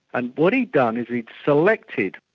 and what he'd done is, he'd selected,